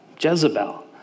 Jezebel